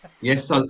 Yes